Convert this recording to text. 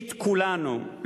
את כולנו,